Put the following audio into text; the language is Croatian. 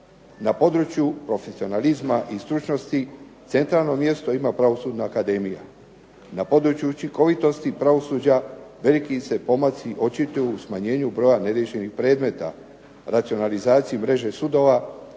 Na području profesionalizma i stručnosti centralno mjesto ima Pravosudna akademija. Na području učinkovitosti pravosuđa veliki se pomaci očituju u smanjenju broja neriješenih predmeta, racionalizaciji mreže sudova,